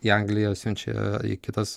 į angliją siunčia į kitas